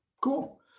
cool